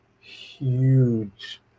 Huge